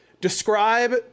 Describe